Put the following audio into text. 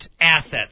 assets